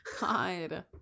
God